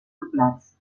doblats